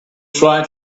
try